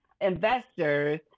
investors